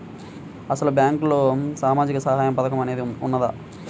అసలు బ్యాంక్లో సామాజిక సహాయం పథకం అనేది వున్నదా?